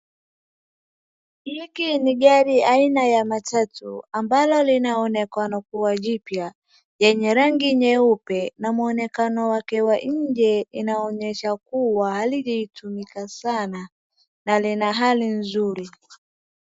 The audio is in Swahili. Hiki ni gari aina ya matatu ambalo inaonekana kuwa jipya yenye yangi nyeupe na muonekano wake wa nje inaonyesha halijatumika sana na lina hali nzuri.